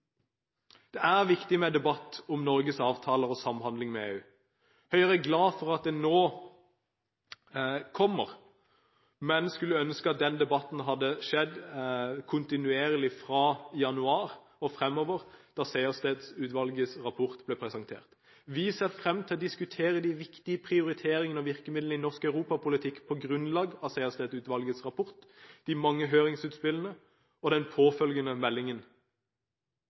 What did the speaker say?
Det er viktig med debatt om Norges avtaler og samhandling med EU. Høyre er glad for at den nå kommer, men skulle ønske at denne debatten hadde skjedd kontinuerlig fra januar, da Sejersted-utvalgets rapport ble presentert, og fremover. Vi ser frem til å diskutere de viktige prioriteringene og virkemidlene i norsk europapolitikk på grunnlag av Sejersted-utvalgets rapport, de mange høringsutspillene og den påfølgende meldingen.